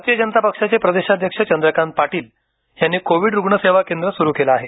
भारतीय जनता पक्षाचे प्रदेशाध्यक्ष चंद्रकांत पाटील यांनी कोविड रुग्ण सेवा केंद्र सुरू केले आहे